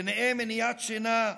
ובהם מניעת שינה,